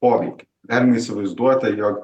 poveikį galime įsivaizduoti jog